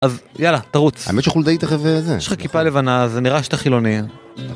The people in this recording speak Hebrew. אז יאללה, תרוץ. האמת שחולדאי תכף זה, יש לך כיפה לבנה, זה נראה שאתה חילוני.